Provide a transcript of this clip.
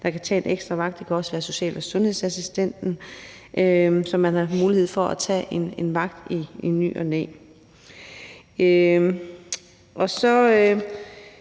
der kan tage en ekstra vagt. Det kan også være social- og sundhedsassistenten, som har mulighed for at tage en vagt i ny og næ.